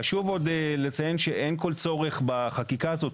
חשוב עוד לציין שאין כל צורך בחקיקה הזאת,